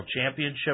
championship